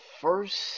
first